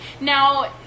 Now